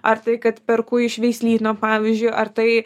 ar tai kad perku iš veislyno pavyzdžiui ar tai